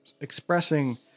expressing